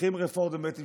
צריכים רפורמה בבית משפט,